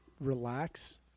relax